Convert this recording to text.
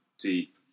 deep